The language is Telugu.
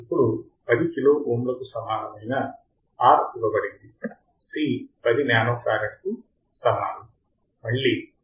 ఇప్పుడు 10 కిలో ఓంలకు సమానమైన R ఇవ్వబడింది C 10 నానోఫరాడ్కు సమానం మళ్ళీ ఇచ్చిన